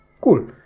Cool